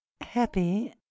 Happy